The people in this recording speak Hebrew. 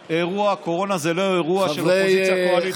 הקורונה זה לא אירוע של אופוזיציה קואליציה.